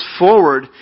forward